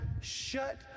shut